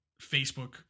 Facebook